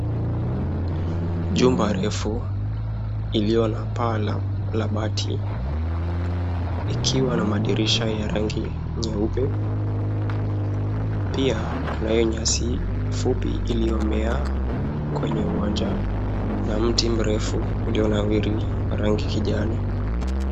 Jumba refu iliyo na paa la bati ikiwa na madirisha ya rangi nyeupe pia Kuna nyasi fupi iliyomea kwenye uwanja na mti mrefu ulionawiri rangi ya kijani.